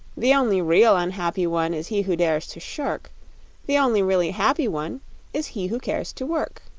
the only real unhappy one is he who dares to shirk the only really happy one is he who cares to work.